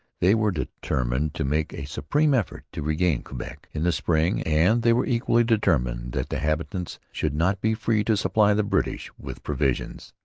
they were determined to make a supreme effort to regain quebec in the spring and they were equally determined that the habitants should not be free to supply the british with provisions.